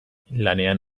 lanean